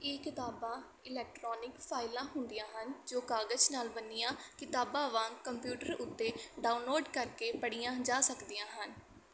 ਈ ਕਿਤਾਬਾਂ ਇਲੈਕਟ੍ਰੋਨਿਕ ਫਾਈਲਾਂ ਹੁੰਦੀਆਂ ਹਨ ਜੋ ਕਾਗਜ਼ ਨਾਲ ਬਣੀਆਂ ਕਿਤਾਬਾਂ ਵਾਂਗ ਕੰਪਿਊਟਰ ਉੱਤੇ ਡਾਊਨਲੋਡ ਕਰਕੇ ਪੜ੍ਹੀਆਂ ਜਾ ਸਕਦੀਆਂ ਹਨ